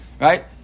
Right